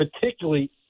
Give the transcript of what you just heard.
particularly